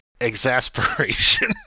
exasperation